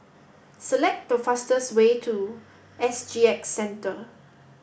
select the fastest way to S G X Centre